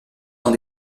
dans